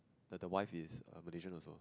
the the wife is a Malaysian also